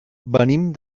venim